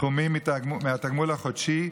סכומים מהתגמול החודשי,